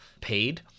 paid